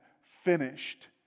finished